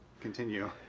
continue